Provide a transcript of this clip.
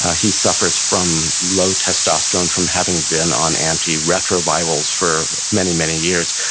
he suffers from low testosterone from having been on anti retrovirals for many, many years.